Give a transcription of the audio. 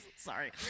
Sorry